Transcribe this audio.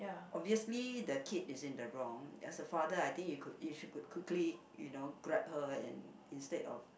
obviously the kid is in the wrong as a father I think you could you should could quickly you know grab her and instead of